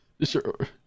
sure